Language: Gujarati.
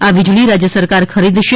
આ વીજળી રાજ્યસરકાર ખરીદશે